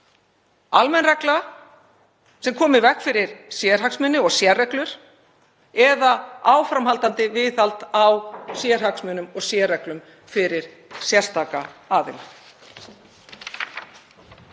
almenn regla sem kemur í veg fyrir sérhagsmuni og sérreglur eða áframhaldandi viðhald á sérhagsmunum og sérreglum fyrir sérstaka aðila.